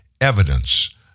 evidence